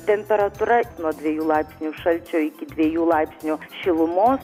temperatūra nuo dviejų laipsnių šalčio iki dviejų laipsnių šilumos